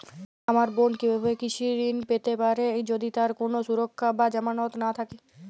আমার বোন কীভাবে কৃষি ঋণ পেতে পারে যদি তার কোনো সুরক্ষা বা জামানত না থাকে?